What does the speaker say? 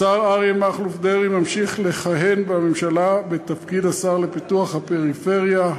השר אריה מכלוף דרעי ממשיך לכהן בממשלה בתפקיד השר לפיתוח הפריפריה,